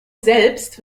selbst